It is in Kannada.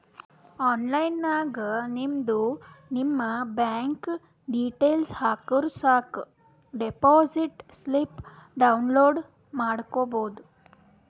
ಆನ್ಲೈನ್ ನಾಗ್ ನಿಮ್ದು ನಿಮ್ ಬ್ಯಾಂಕ್ ಡೀಟೇಲ್ಸ್ ಹಾಕುರ್ ಸಾಕ್ ಡೆಪೋಸಿಟ್ ಸ್ಲಿಪ್ ಡೌನ್ಲೋಡ್ ಮಾಡ್ಕೋಬೋದು